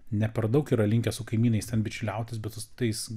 ne per daug yra linkę su kaimynais ten bičiuliautis bet tais